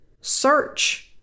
Search